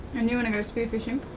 and you wanna go spear fishing?